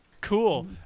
cool